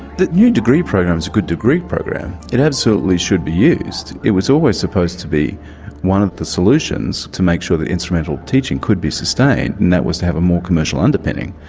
the new degree program is a good degree program. it absolutely should be used it was always supposed to be one of the solutions to make sure that the instrumental teaching could be sustained, and that was to have a more commercial underpinning.